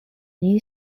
new